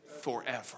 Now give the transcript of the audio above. forever